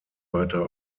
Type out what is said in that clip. weiter